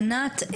ענת,